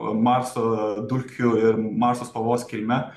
marso dulkių ir marso spalvos kilme